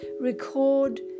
record